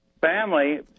family